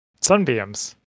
sunbeams